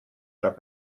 nach